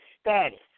status